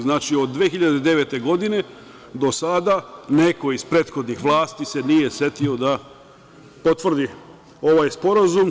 Znači, od 2009. godine do sada neko iz prethodnih vlasti se nije setio da potvrdi ovaj Sporazum.